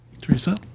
Teresa